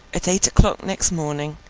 at eight o'clock next morning,